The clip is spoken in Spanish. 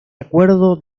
acuerdo